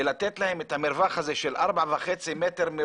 ולתת להם את המרווח הזה של 4.5 מ"ר,